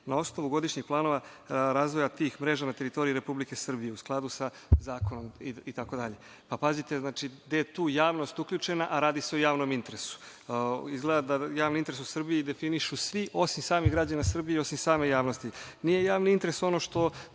na osnovu godišnjih planova razvoja tih mreža na teritoriji Republike Srbije u skladu sa zakonom, itd. Pazite, znači gde je tu javnost uključena, a radi se o javnom interesu. Izgleda da javni interes u Srbiji definišu svi osim samih građana Srbije i osim same javnosti. Nije javni interes ono što